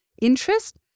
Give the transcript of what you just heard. interest